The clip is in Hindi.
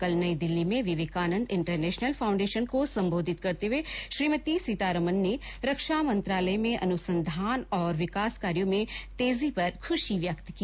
कल नई दिल्ली में विवेकानंद इंटरनेशनल फांऊडेशन को संबोधित करते हुए श्रीमती सीतारमन ने रक्षा मंत्रालय में अनुसंधान और विकास कार्यो में तेजी पर खुशी व्येक्त की